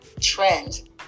trend